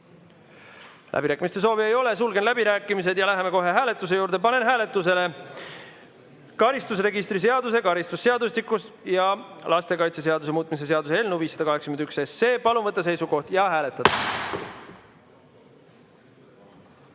Läbirääkimiste soovi ei ole, sulgen läbirääkimised ja läheme kohe hääletuse juurde. Panen hääletusele karistusregistri seaduse, karistusseadustiku ja lastekaitseseaduse muutmise seaduse eelnõu 581. Palun võtta seisukoht ja hääletada!